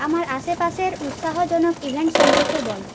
আমার আশেপাশের উৎসাহজনক ইভেন্ট সম্পর্কে বল